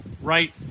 Right